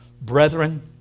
Brethren